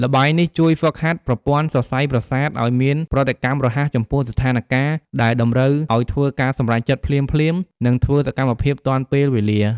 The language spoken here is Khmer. ល្បែងនេះជួយហ្វឹកហាត់ប្រព័ន្ធសរសៃប្រសាទឲ្យមានប្រតិកម្មរហ័សចំពោះស្ថានការណ៍ដែលតម្រូវឲ្យធ្វើការសម្រេចចិត្តភ្លាមៗ និងធ្វើសកម្មភាពទាន់ពេលវេលា។